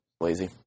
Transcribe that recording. Lazy